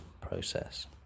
process